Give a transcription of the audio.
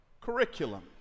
curriculum